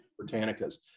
Britannicas